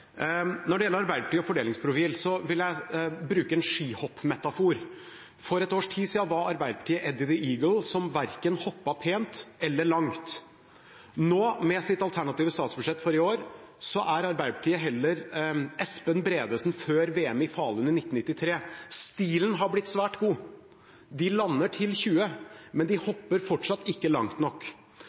Når det gjelder Arbeiderpartiet og fordelingsprofil, vil jeg bruke en skihoppmetafor: For et års tid siden var Arbeiderpartiet Eddie the Eagle, som verken hoppet pent eller langt. Nå, med sitt alternative statsbudsjett for i år, er Arbeiderpartiet heller Espen Bredesen før VM i Falun i 1993: Stilen har blitt svært god, de lander til 20, men de hopper fortsatt ikke langt nok.